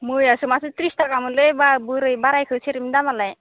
मैयासो माथो त्रिस थाखामोनलै बोरै बारायखो सेरेबनि दामालाय